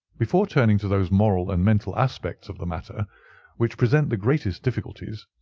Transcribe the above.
before turning to those moral and mental aspects of the matter which present the greatest difficulties,